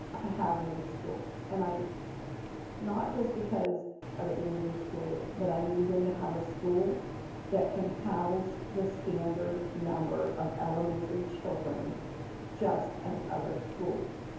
to have a new school. and not just because of it being a new school, but i need them to have a school that can house the standard number of elementary children just as other schools.